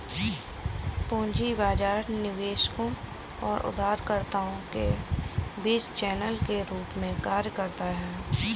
पूंजी बाजार निवेशकों और उधारकर्ताओं के बीच चैनल के रूप में कार्य करता है